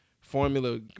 formula